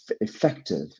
effective